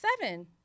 seven